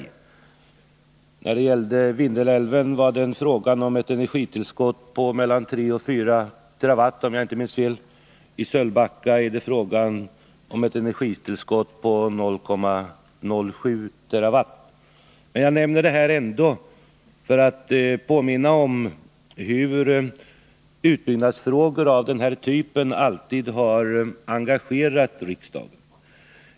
När det gällde Vindelälven var det fråga om ett energitillskott på 3-4 TWh, om jag inte minns fel. I Sölvbacka är det fråga om ett energitillskott på 0,07 TWh. Jag nämner ändå detta, för att påminna om hur utbyggnadsfrågor av den här typen alltid har engagerat riksdagen.